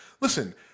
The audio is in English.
Listen